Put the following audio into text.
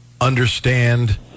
understand